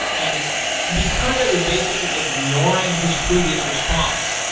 and because i was basically ignoring his previous response,